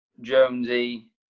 Jonesy